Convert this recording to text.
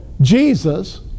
Jesus